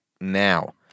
now